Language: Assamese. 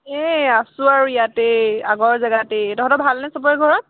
এই আছো আৰু ইয়াতেই আগৰ জেগাতেই তহঁতৰ ভাল নে চবৰে ঘৰত